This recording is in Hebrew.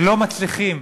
שלא מצליחים